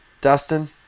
Dustin